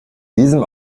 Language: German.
diesem